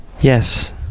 Yes